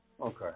Okay